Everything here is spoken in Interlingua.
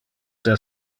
del